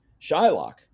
Shylock